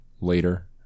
later